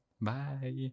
Bye